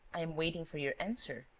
i am waiting for your answer.